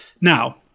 Now